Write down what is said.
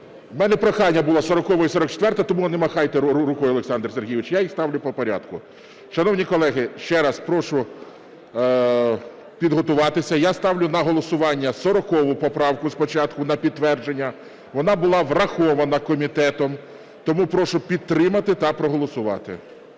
В мене прохання було 40-у і 44-у, тому не махайте рукою, Олександр Сергійович, я їх ставлю по порядку. Шановні колеги, ще раз, прошу підготуватися. Я ставлю на голосування 40 поправку спочатку на підтвердження, вона була врахована комітетом. Тому прошу підтримати та проголосувати.